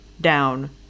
down